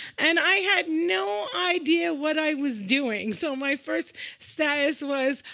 and i had no idea what i was doing. so my first status was,